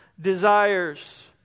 desires